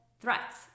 Threats